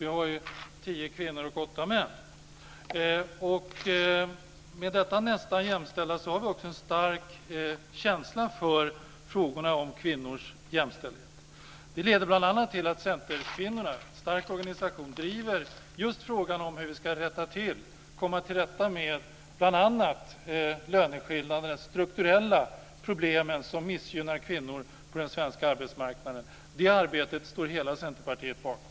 Vi har tio kvinnor och åtta män. I och med att vi nästan är jämställda har vi också en stark känsla för frågorna om kvinnors jämställdhet. Det leder bl.a. till att centerkvinnorna - en stark organisation - driver just frågan om hur vi ska komma till rätta med bl.a. löneskillnaderna, dvs. de strukturella problem som missgynnar kvinnor på den svenska arbetsmarknaden. Det arbetet står hela Centerpartiet bakom.